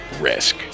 risk